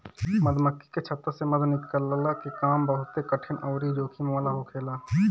मधुमक्खी के छत्ता से मधु निकलला के काम बहुते कठिन अउरी जोखिम वाला होखेला